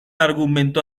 argumento